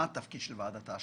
מה התפקיד של ועדת ההשקעות?